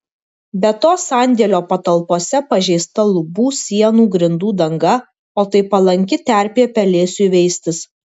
be to sandėlio patalpose pažeista lubų sienų grindų danga o tai palanki terpė pelėsiui veistis